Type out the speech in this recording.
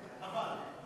אבל.